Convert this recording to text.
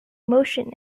motion